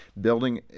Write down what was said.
building